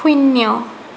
শূন্য